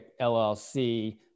LLC